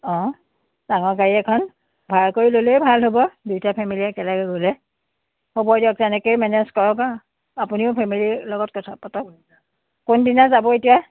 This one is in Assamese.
অঁ ডাঙৰ গাড়ী এখন ভাৰা কৰি ল'লেই ভাল হ'ব দুইটা ফেমিলী একেলগে গ'লে হ'ব দিয়ক তেনেকৈয়ে মেনেজ কৰক আৰু আপুনিও ফেমিলী লগত কথা পাতক কোনদিনা যাব এতিয়া